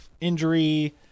injury